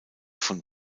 von